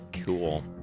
Cool